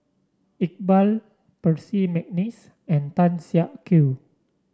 Iqbal Percy McNeice and Tan Siak Kew